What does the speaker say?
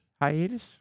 hiatus